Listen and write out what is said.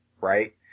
right